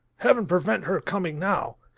heaven prevent her coming, now!